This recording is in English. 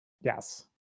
Yes